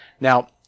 Now